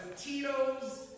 Tito's